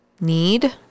need